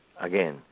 Again